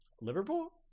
Liverpool